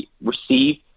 receive